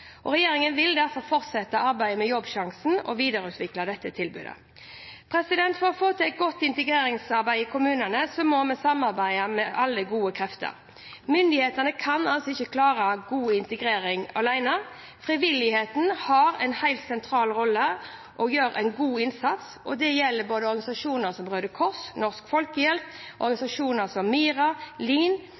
Regjeringen vil derfor fortsette arbeidet med Jobbsjansen og videreutvikle dette tilbudet. For å få til et godt integreringsarbeid i kommunene må vi samarbeide med alle gode krefter. Myndighetene kan ikke få til god integrering alene. Frivilligheten har en helt sentral rolle og gjør en god innsats. Det gjelder organisasjoner som Røde Kors, Norsk Folkehjelp, MiRA-senteret og LIN, Likestilling, Inkludering og Nettverk. De driver en virksomhet som